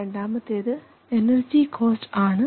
രണ്ടാമത്തേത് energy cost ആണ്